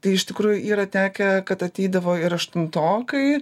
tai iš tikrųjų yra tekę kad ateidavo ir aštuntokai